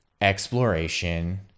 exploration